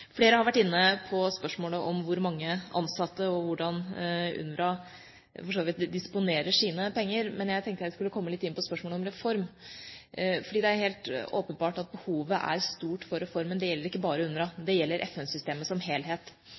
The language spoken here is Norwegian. Flere har vært inne på spørsmålet om hvor mange ansatte UNRWA har og hvordan de disponerer sine penger. Jeg tenkte jeg skulle komme litt inn på spørsmålet om reform, for det er helt åpenbart at behovet for reform er stort – det gjelder ikke bare UNRWA, det gjelder FN-systemet som helhet.